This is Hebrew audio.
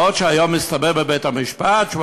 מה גם שהיום מסתבר בבית-המשפט שהוא